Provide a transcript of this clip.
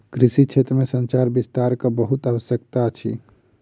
कृषि क्षेत्र में संचार विस्तारक बहुत आवश्यकता अछि